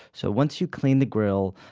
so, once you clean the grill,